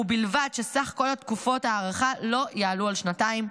ובלבד שסך כל תקופות ההארכה לא יעלו על שנתיים.